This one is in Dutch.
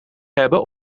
hebben